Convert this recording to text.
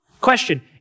Question